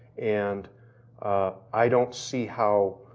and i don't see how,